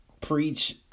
preach